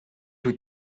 шүү